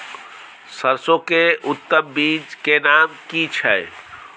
सरसो के उत्तम बीज के नाम की छै?